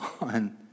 on